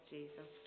Jesus